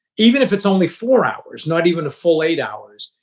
even if it's only four hours, not even a full eight hours,